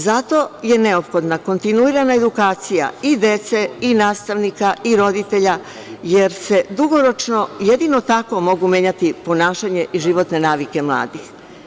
Zato je neophodna kontinuirana edukacija i dece i nastavnika i roditelja, jer se dugoročno jedino tako mogu menjati ponašanje i životne navike mladih.